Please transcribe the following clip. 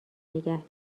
نگه